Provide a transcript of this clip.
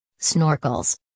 Snorkels